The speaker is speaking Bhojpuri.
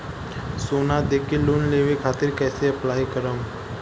सोना देके लोन लेवे खातिर कैसे अप्लाई करम?